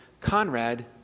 Conrad